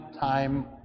time